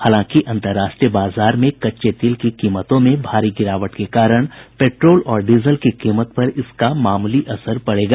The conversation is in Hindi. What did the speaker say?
हालांकि अंतर्राष्ट्रीय बाजार में कच्चे तेल की कीमतों में भारी गिरावट के कारण पेट्रोल और डीजल की कीमत पर इसका मामूली असर पड़ेगा